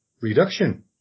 reduction